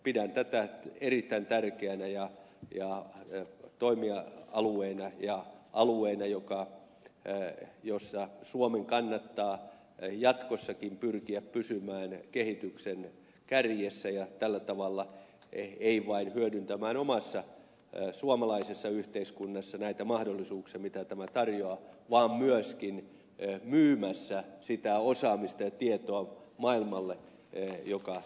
pidän tätä erittäin tärkeänä toimialueena ja alueena jossa suomen kannattaa jatkossakin pyrkiä pysymään kehityksen kärjessä ja tällä tavalla ei vain hyödyntämään omassa suomalaisessa yhteiskunnassa näitä mahdollisuuksia mitä tämä tarjoaa vaan myöskin myymään sitä osaamista ja tietoa maailmalle joka tämän yhteydessä kehittyy